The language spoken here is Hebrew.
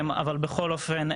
בכל אופן,